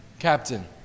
Captain